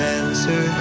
answer